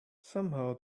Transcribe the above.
somehow